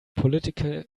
political